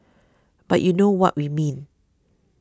but you know what we mean